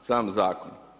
sam zakon.